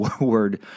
word